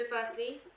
firstly